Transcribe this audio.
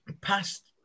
past